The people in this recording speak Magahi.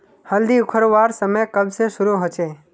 हल्दी उखरवार समय कब से शुरू होचए?